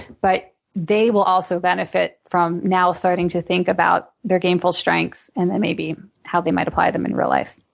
but they will also benefit from now starting to think about their gameful strengths and then maybe how they might apply them in real life?